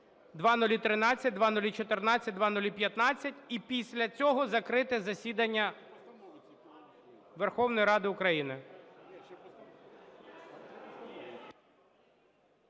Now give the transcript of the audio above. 0013, 0014, 0015 і після цього закрити засідання Верховної Ради України.